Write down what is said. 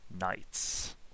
knights